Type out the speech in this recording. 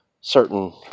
certain